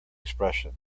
expression